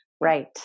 Right